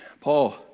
Paul